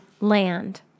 land